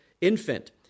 infant